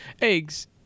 eggs